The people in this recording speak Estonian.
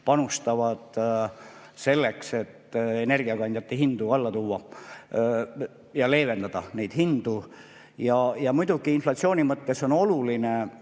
panustavad selleks, et energiakandjate hindu alla tuua ja leevendada. Muidugi inflatsiooni mõttes on oluline